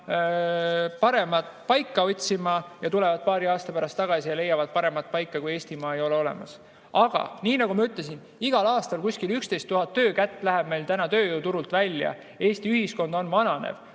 paremat paika otsima ja tulevad paari aasta pärast tagasi ja leiavad, et paremat paika kui Eestimaa ei ole olemas. Aga nagu ma ütlesin, igal aastal kuskil 11 000 töökätt läheb meil tööjõuturult välja. Eesti ühiskond on vananev.